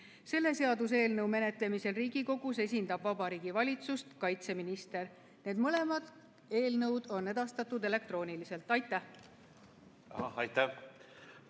selle seaduseelnõu menetlemisel Riigikogus esindab Vabariigi Valitsust kaitseminister. Mõlemad eelnõud on edastatud elektrooniliselt. Aitäh!